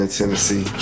Tennessee